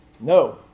no